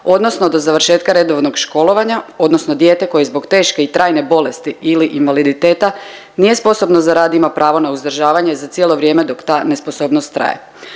odnosno do završetka redovnog školovanja odnosno dijete koje zbog teške i trajne bolesti ili invaliditeta, nije sposobno za rad ima pravo na uzdržavanje za cijelo vrijeme dok ta nesposobnost traje.